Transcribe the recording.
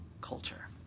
culture